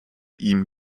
ihm